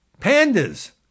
pandas